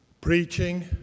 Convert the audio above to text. preaching